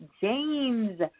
James